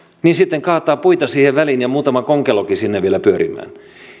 sitten kaataa puita siihen väliin ja muutama konkelokin sinne vielä pyörimään